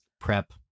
prep